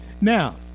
Now